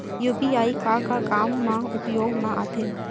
UPI का का काम मा उपयोग मा आथे?